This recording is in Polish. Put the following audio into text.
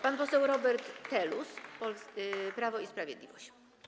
Pan poseł Robert Telus, Prawo i Sprawiedliwość.